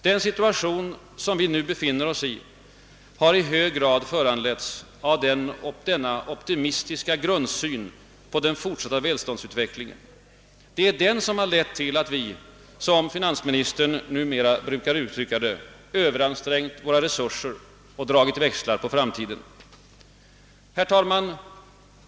Den situation som vi nu befinner oss i har i hög grad föranletts av denna optimistiska grundsyn på den fortsatta välståndsutvecklingen. Det är den som har lett till att vi — som finansministern numera brukar uttrycka det — »Överansträngt våra resurser och dragit växlar på framtiden». Herr talman!